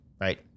right